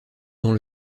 dans